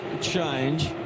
change